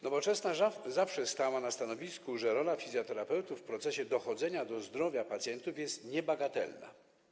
Nowoczesna zawsze stała na stanowisku, że rola fizjoterapeutów w procesie dochodzenia do zdrowia pacjentów jest niebagatelna.